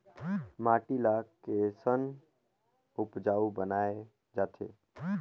माटी ला कैसन उपजाऊ बनाय जाथे?